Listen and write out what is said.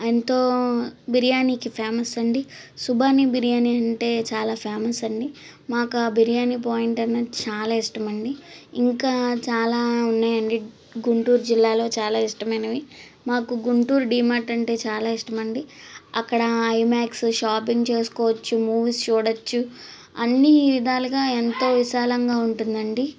ఎంతో బిర్యానీకి ఫేమస్ అండి సుబానీ బిర్యానీ అంటే చాలా ఫేమస్ అండి మాకు ఆ బిర్యానీ పాయింట్ అన్నది చాలా ఇష్టమండీ ఇంకా చాలా ఉన్నాయండి గుంటూరు జిల్లాలో చాలా ఇష్టమైనవి మాకు గుంటూరు డిమార్ట్ అంటే చాలా ఇష్టమండి అక్కడా ఐమాక్స్ షాపింగ్ చేసుకోవచ్చు మూవీస్ చూడచ్చు అన్ని విధాలుగా ఎంతో విశాలంగా ఉంటుందండి